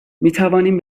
میتوانیم